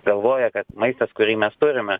galvoja kad maistas kurį mes turime